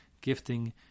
gifting